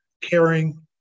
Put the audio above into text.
caring